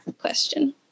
question